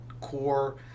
core